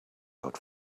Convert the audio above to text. out